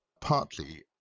partly